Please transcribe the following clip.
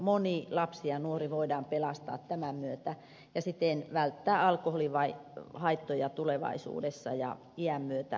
moni lapsi ja nuori voidaan pelastaa tämän myötä ja siten välttää alkoholihaittoja tulevaisuudessa ja iän myötä kasvavina kuluina